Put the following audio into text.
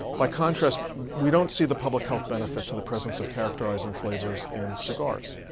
by contrast, we don't see the public health benefit to the presence of characterizing flavors in cigars.